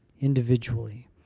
individually